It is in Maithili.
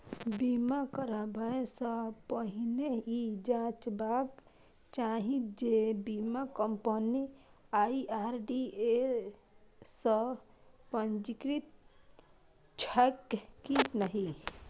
बीमा कराबै सं पहिने ई जांचबाक चाही जे बीमा कंपनी आई.आर.डी.ए सं पंजीकृत छैक की नहि